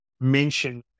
mention